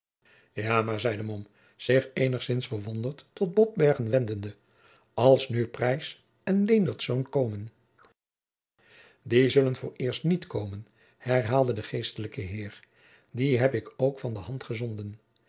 ja maar zeide mom zich eenigzins verwonderd tot botbergen wendende als nu preys en leendertz komen die zullen vooreerst niet komen hernam de geestelijke heer die heb ik ook van de hand gezonden